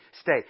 stay